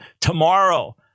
tomorrow